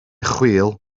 chwil